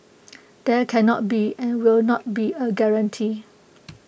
there cannot be and will not be A guarantee